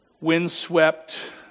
windswept